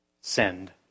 Send